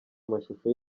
amashusho